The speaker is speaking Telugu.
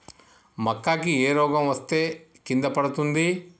మక్కా కి ఏ రోగం వస్తే కింద పడుతుంది?